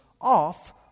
off